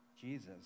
Jesus